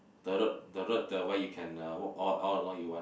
the road the road the one you can uh walk all all around you want